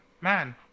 man